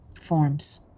forms